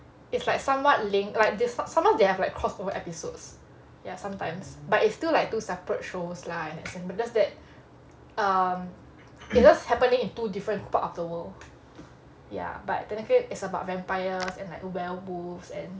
it's like somewhat linked like some more they have crossover episodes ya sometimes but it's still like two separate shows lah as in but just that um it's just happening in two different parts of the world ya but technically it's about vampires and werewolves